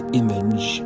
image